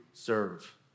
serve